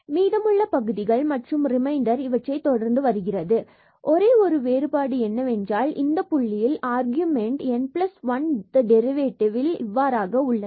மற்றும் மீதமுள்ள பகுதிகள் மற்றும் ரிமைண்டர் இவற்றை தொடர்ந்து வருகிறது ஒரே ஒரு வேறுபாடு என்னவென்றால் இந்த புள்ளியில் argument of the n 1th derivative இவ்வாறாக உள்ளது